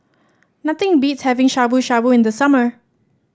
nothing beats having Shabu Shabu in the summer